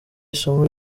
isomo